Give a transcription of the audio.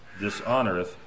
dishonoreth